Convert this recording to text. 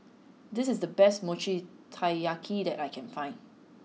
this is the best Mochi Taiyaki that I can find